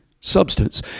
substance